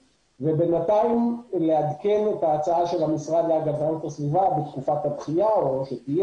ובינתיים לעדכן את ההצעה של המשרד להגנת הסביבה בתקופת הדחייה שתהיה